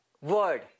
word